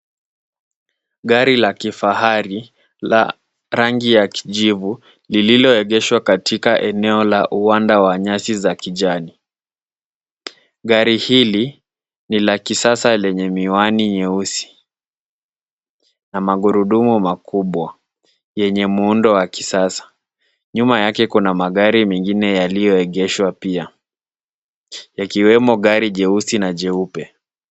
Gari la kifahari la rangi ya kijivu, lililoegeshwa katika eneo la uwanda wa nyasi za kijani, gari hili ni la kisasa lenye miwani nyeusi na magurudumu makubwa, yenye muundo wa kisasa, nyuma yake kuna magari mengine yaliyoegeshwa pia, yakiwemo gari jeusi na jeupe.